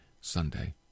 Sunday